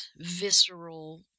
visceral